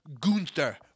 Gunther